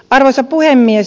arvoisa puhemies